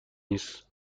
نیست